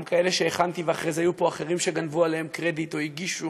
גם כאלה שהכנתי ואחרי זה היו פה אחרים שגנבו עליהם קרדיט או הגישו